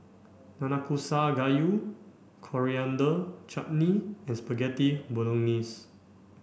Nanakusa Gayu Coriander Chutney and Spaghetti Bolognese